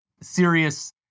serious